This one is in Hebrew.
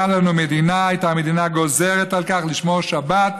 לנו מדינה הייתה המדינה גוזרת על כך לשמור שבת,